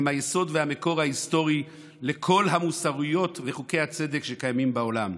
הם היסוד והמקור ההיסטורי לכל תורות המוסר וחוקי הצדק שקיימים בעולם.